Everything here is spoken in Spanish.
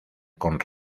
con